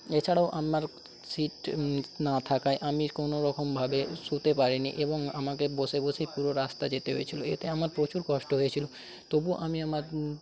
এছাড়াও আমার সিট না থাকায় আমি কোনোরকমভাবে শুতে পারিনি এবং আমাকে বসে বসেই পুরো রাস্তা যেতে হয়েছিল এতে আমার প্রচুর কষ্ট হয়েছিল তবু আমি আমার